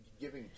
giving